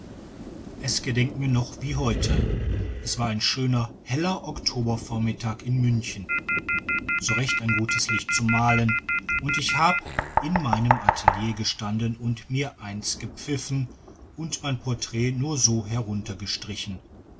es gedenkt mir noch wie heute es war ein schöner heller oktobervormittag in münchen so recht ein gutes licht zum malen und ich hab in meinem atelier gestanden und mir eins gepfiffen und mein porträt nur so